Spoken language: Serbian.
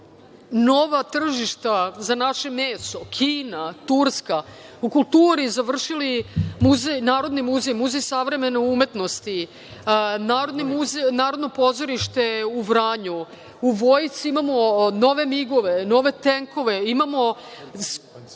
nova tržišta za naše meso, Kina, Turska. U kulturi završili Narodni muzej, Muzej savremene umetnosti, Narodno pozorište u Vranju. U vojsci imamo nove migove, nove tenkove, imamo